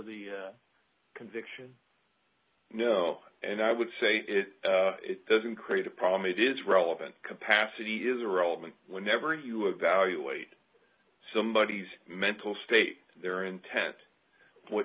the conviction no and i would say it doesn't create a problem it is relevant capacity is irrelevant whenever you evaluate somebody's mental state their intent what